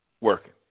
working